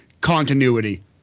continuity